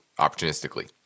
opportunistically